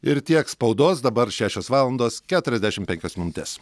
ir tiek spaudos dabar šešios valandos keturiasdešim penkios minutės